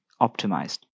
optimized